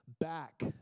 back